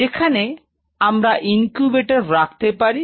যেখানে আমরা ইনকিউবেটর রাখতে পারি